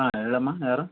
ಹಾಂ ಹೇಳಮ್ಮ ಯಾರು